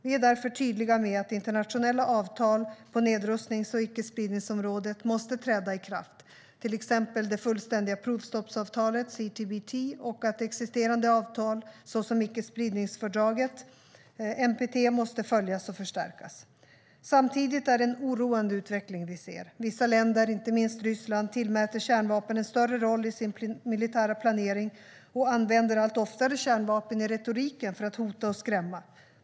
Vi är därför tydliga med att internationella avtal på nedrustnings och icke-spridningsområdet måste träda i kraft, till exempel det fullständiga provstoppsavtalet, CTBT, och att existerande avtal, såsom icke-spridningsfördraget, NPT, måste följas och förstärkas. Samtidigt är det en oroande utveckling vi ser. Vissa länder, inte minst Ryssland, tillmäter kärnvapen en större roll i sin militära planering och använder allt oftare kärnvapen i retoriken för att hota och skrämma.